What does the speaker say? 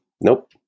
nope